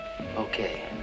Okay